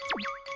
really